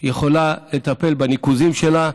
יכולה לטפל בניקוזים שבה.